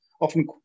often